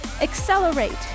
Accelerate